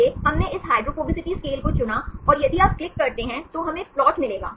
इसलिए हमने इस हाइड्रोफोबिसिटी स्केल को चुना और यदि आप क्लिक करते हैं तो हमें प्लॉट मिलेगा